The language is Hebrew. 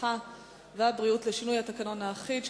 הרווחה והבריאות לשינוי התקנון האחיד),